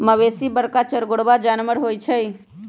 मवेशी बरका चरगोरबा जानबर होइ छइ